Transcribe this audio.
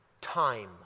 time